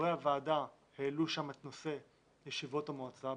חברי הוועדה העלו שם את נושא ישיבות המועצה,